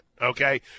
okay